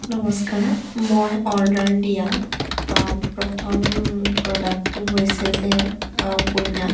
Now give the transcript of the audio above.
নমস্কাৰ মই অৰ্ডাৰ দিয়া প্ৰথম প্ৰডাক্টটো হৈছে যে উপন্যাস